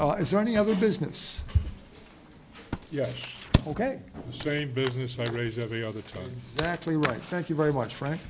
now is there any other business yes ok same business i raise every other actually right thank you very much frank